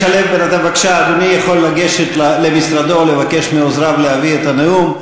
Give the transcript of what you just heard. אדוני יכול לגשת למשרדו או לבקש מעוזריו להביא את הנאום,